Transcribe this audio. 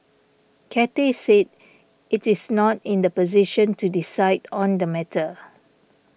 Cathay said it is not in the position to decide on the matter